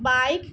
bike